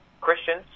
Christians